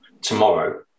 tomorrow